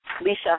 Lisa